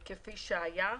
להיות כפי שהיה.